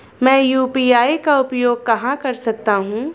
मैं यू.पी.आई का उपयोग कहां कर सकता हूं?